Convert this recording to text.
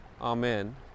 Amen